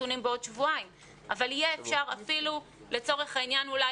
נתונים בעוד שבועיים אבל יהיה אפשר אפילו לצורך העניין אולי